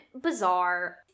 bizarre